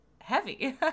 heavy